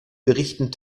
berichten